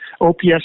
OPS